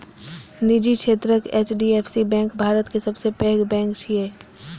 निजी क्षेत्रक HDFC bank भारतक सबसं पैघ बैंक छियै